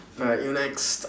right you're next